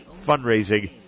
fundraising